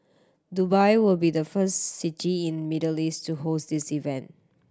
Dubai will be the first city in Middle East to host this event